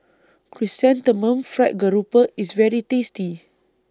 Chrysanthemum Fried Grouper IS very tasty